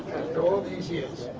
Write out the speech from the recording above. after all these years?